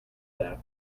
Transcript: that